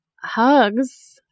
Hugs